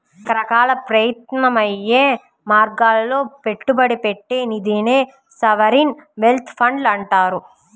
రకరకాల ప్రత్యామ్నాయ మార్గాల్లో పెట్టుబడి పెట్టే నిధినే సావరీన్ వెల్త్ ఫండ్లు అంటారు